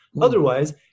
Otherwise